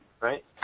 right